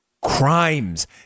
crimes